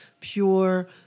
pure